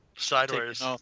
Sideways